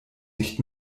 nicht